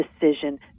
decision